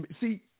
see